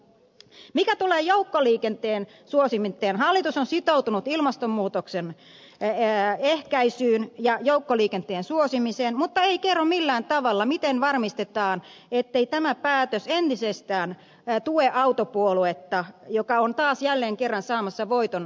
mitä tulee joukkoliikenteen suosimiseen hallitus on sitoutunut ilmastonmuutoksen ehkäisyyn ja joukkoliikenteen suosimiseen mutta ei kerro millään tavalla miten varmistetaan ettei tämä päätös entisestään tue autopuoluetta joka on taas jälleen kerran saamassa voiton ilmastonmuutoksesta